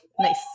Nice